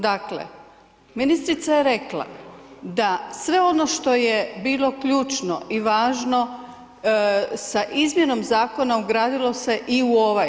Dakle, ministrica je rekla da sve ono što je bilo ključno i važno sa izmjenom zakona ugradilo se i u ovaj.